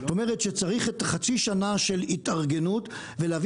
זאת אומרת שצריך את חצי השנה של התארגנות ולהבין